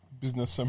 Business